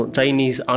Chinese